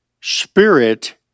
Spirit